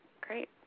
Great